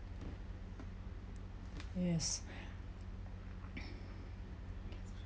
yes